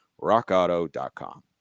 rockauto.com